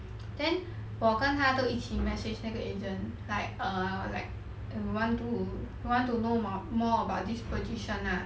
then 我跟他都一起 message 那个 agent like err like we want to want to know more about this position lah